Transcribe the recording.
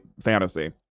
fantasy